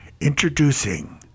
introducing